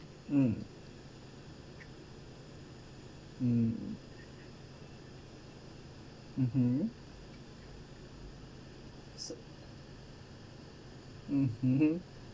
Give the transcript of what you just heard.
mm mm mmhmm mmhmm